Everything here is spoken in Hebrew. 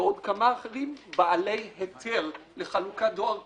ועוד כמה אחרים בעלי היתר לחלוקה דואר כמותי.